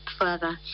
further